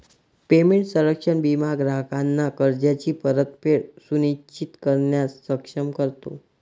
payment संरक्षण विमा ग्राहकांना कर्जाची परतफेड सुनिश्चित करण्यास सक्षम करतो